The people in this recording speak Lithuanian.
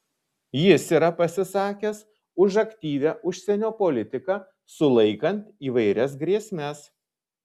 jis yra pasisakęs už aktyvią užsienio politiką sulaikant įvairias grėsmes